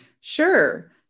Sure